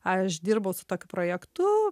aš dirbau su tokiu projektu